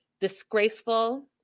disgraceful